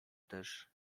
też